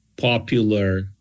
popular